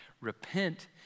Repent